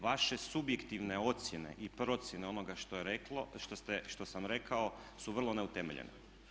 Vaše subjektivne ocjene i procjene onoga što sam rekao su vrlo neutemeljene.